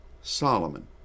Solomon